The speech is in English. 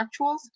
actuals